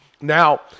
Now